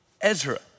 Ezra